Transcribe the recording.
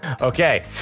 okay